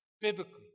biblically